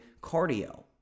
cardio